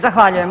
Zahvaljujem.